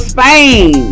Spain